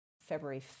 February